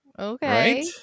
Okay